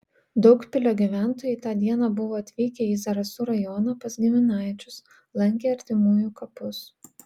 daugpilio gyventojai tą dieną buvo atvykę į zarasų rajoną pas giminaičius lankė artimųjų kapus